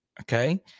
okay